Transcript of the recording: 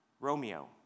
Romeo